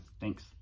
Thanks